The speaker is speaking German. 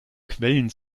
quellen